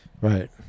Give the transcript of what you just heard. Right